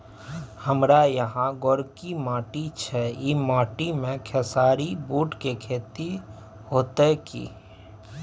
हमारा यहाँ गोरकी माटी छै ई माटी में खेसारी, बूट के खेती हौते की?